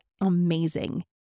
amazing